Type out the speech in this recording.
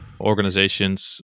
organizations